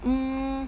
mm